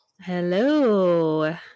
hello